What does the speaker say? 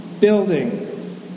building